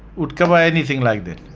would cover anything like that.